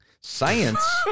Science